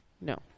No